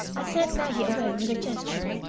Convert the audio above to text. i sent maggie away with a gesture.